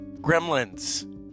Gremlins